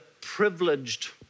privileged